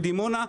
בדימונה,